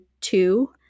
two